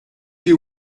you